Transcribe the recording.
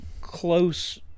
close